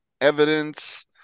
evidence